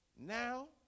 Now